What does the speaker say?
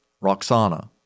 Roxana